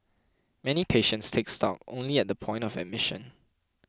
many patients take stock only at the point of admission